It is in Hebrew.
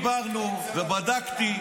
עוד לא דיברנו ובדקתי,